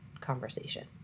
conversation